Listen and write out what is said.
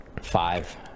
five